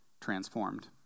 transformed